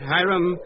Hiram